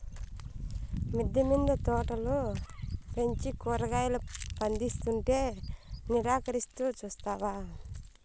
మిద్దె మింద తోటలు పెంచి కూరగాయలు పందిస్తుంటే నిరాకరిస్తూ చూస్తావా